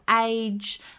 age